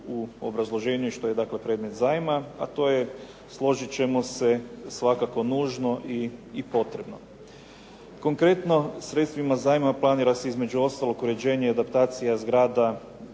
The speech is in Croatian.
u obrazloženju što je dakle predmet zajma, a to je složit ćemo se svakako nužno i potrebno. Konkretno, sredstvima zajma planira se između ostalog uređenje i adaptacija zgrada